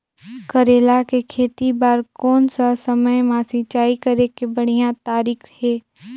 करेला के खेती बार कोन सा समय मां सिंचाई करे के बढ़िया तारीक हे?